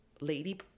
lady